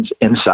inside